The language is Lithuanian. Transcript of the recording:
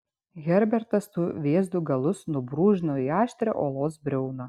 herbertas tų vėzdų galus nubrūžino į aštrią uolos briauną